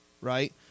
right